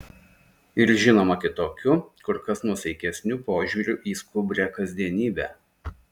ir žinoma kitokiu kur kas nuosaikesniu požiūriu į skubrią kasdienybę